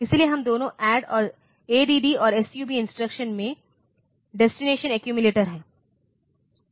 इसलिए हम दोनों ADD और SUB इंस्ट्रक्शन में डेस्टिनेशन एक्यूमिलेटर है